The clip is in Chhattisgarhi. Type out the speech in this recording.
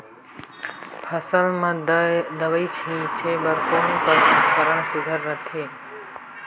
फसल म दव ई छीचे बर कोन कस उपकरण सुघ्घर रथे?